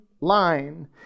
line